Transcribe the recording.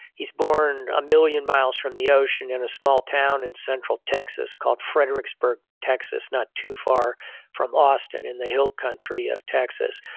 he's born a million miles from the ocean in a small town in central texas called fredericksburg, texas, not too far from austin in the hill country of texas.